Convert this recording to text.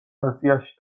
აზიაში